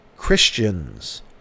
Christians